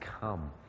come